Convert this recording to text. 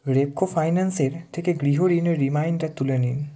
রেপকো ফাইন্যান্সের থেকে গৃহ ঋণের রিমাইন্ডার তুলে নিন